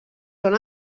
són